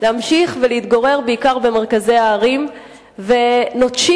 להמשיך ולהתגורר בעיקר במרכזי הערים ונוטשים